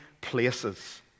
places